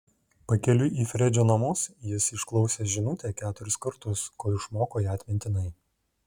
pakeliui į fredžio namus jis išklausė žinutę keturis kartus kol išmoko ją atmintinai